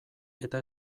eta